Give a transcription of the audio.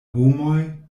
homoj